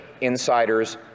insiders